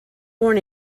born